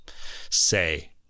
say